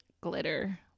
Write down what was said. glitter